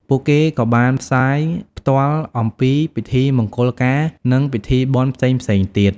ពួកគេក៏បានផ្សាយផ្ទាល់អំពីពិធីមង្គលការនិងពិធីបុណ្យផ្សេងៗទៀត។